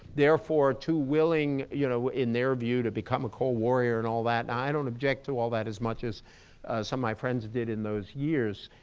therefore, too willing you know in their view to become a cold warrior and all that. and i don't object to all that as much as some of my friends did in those years.